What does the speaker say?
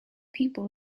people